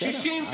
בסדר.